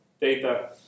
data